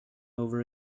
over